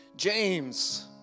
James